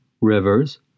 rivers